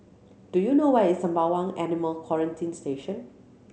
do you know where is Sembawang Animal Quarantine Station